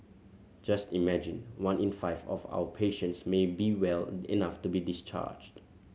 just imagine one in five of our patients may be well enough to be discharged